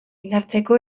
indartzeko